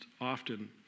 often